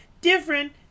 different